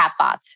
chatbots